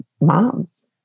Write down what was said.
moms